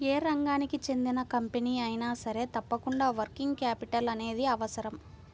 యే రంగానికి చెందిన కంపెనీ అయినా సరే తప్పకుండా వర్కింగ్ క్యాపిటల్ అనేది అవసరం